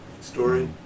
story